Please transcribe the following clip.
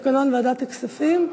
התשע"ג 2013,